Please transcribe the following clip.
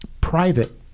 private